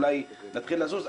ואולי נתחיל יזוז.